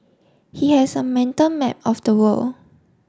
he has a mental map of the world